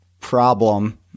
problem